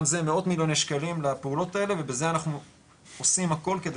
גם זה מאות מיליוני שקלים לפעולות האלה ובזה אנחנו עושים הכל כדי